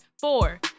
four